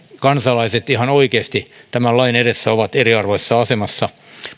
kansalaiset ihan oikeasti tämän lain edessä ovat eriarvoisessa asemassa